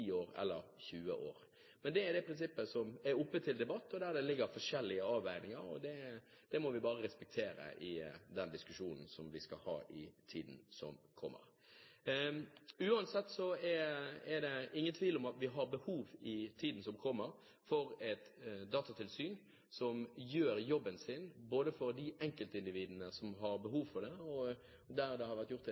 år, to år, ti år eller 20 år. Men det er det prinsippet som er oppe til debatt. Der ligger det forskjellige avveininger, og det må vi bare respektere i den diskusjonen vi skal ha i tiden som kommer. Uansett er det ingen tvil om at vi i tiden som kommer, har behov for et datatilsyn som gjør jobben sin, både for de enkeltindividene som har behov for det – det har etter min oppfatning vært